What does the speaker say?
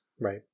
Right